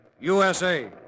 USA